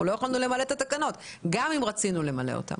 לא יכולנו למלא אחר התקנות גם אם רצינו למלא אותן.